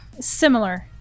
Similar